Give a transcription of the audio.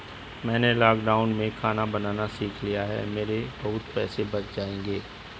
मैंने लॉकडाउन में खाना बनाना सीख लिया है, मेरे बहुत पैसे बच जाएंगे